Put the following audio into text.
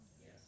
Yes